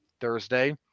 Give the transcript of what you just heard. Thursday